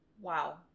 Wow